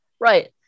Right